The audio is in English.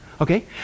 Okay